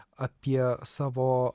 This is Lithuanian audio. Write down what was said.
apie savo